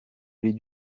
les